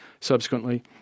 subsequently